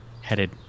headed